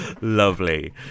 Lovely